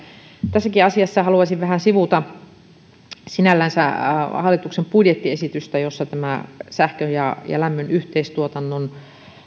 tässäkin asiassa haluaisin vähän sivuta hallituksen budjettiesitystä jossa sähkön ja ja lämmön yhteistuotannon